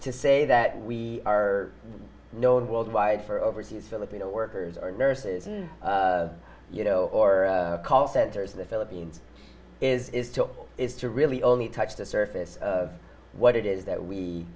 to say that we are known worldwide for overseas filipino workers are nurses and you know or call centers of the philippines is is to is to really only touch the surface of what it is that we